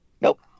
Nope